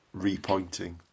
repointing